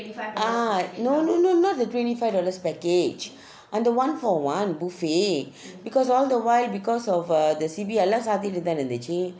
ah no no no not the twenty five dollars package அந்த:antha one for one buffet because all the while because of uh the C_B எல்லாம் சாத்திடுத்தன இருந்திச்சி:ellam sathiduthana irunthichhu